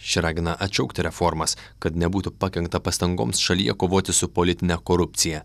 ši ragina atšaukti reformas kad nebūtų pakenkta pastangoms šalyje kovoti su politine korupcija